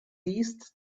leased